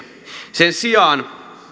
sen sijaan